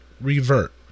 revert